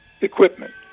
equipment